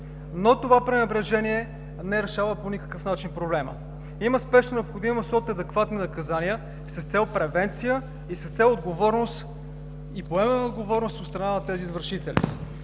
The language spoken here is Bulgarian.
но това пренебрежение не решава по никакъв начин проблема. Има спешна необходимост от адекватни наказания с цел превенция, с цел отговорност и поемане на отговорност от страна на тези извършители.